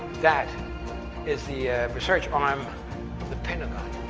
that is the research arm of the pentagon.